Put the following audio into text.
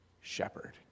Shepherd